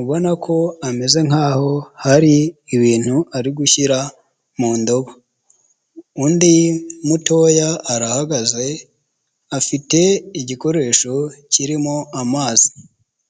ubona ko ameze nkaho hari ibintu ari gushyira mu ndobo, undi mutoya arahagaze afite igikoresho kirimo amazi.